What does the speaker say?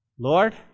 Lord